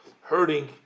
hurting